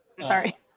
Sorry